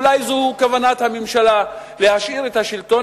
אולי זו כוונת הממשלה: להשאיר את השלטון